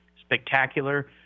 spectacular